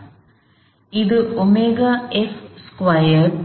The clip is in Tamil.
எனவே இது ஒமேகா f ஸ்கொயர்ட்